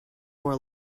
more